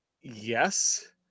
yes